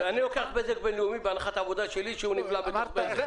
אני לוקח את בזק בינלאומי בהנחת העבודה שלי שהוא נבלע בבזק.